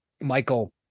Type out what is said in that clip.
Michael